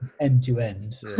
end-to-end